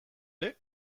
ere